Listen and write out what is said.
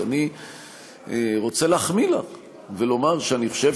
אז אני רוצה להחמיא לך ולומר שאני חושב